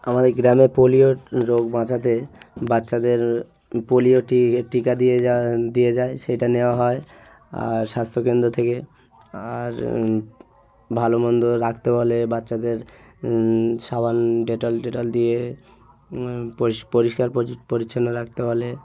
আমাদের গ্রামে পোলিওর রোগ বাঁচাতে বাচ্চাদের পোলিও টি এ টিকা দিয়ে যা দিয়ে যায় সেটা নেওয়া হয় আর স্বাস্থ্যকেন্দ্র থেকে আর ভালোমন্দ রাখতে বলে বাচ্চাদের সাবান ডেটল টেটল দিয়ে পরিষ পরিষ্কার পযি পরিচ্ছন্ন রাখতে বলে